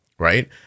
Right